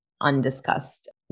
undiscussed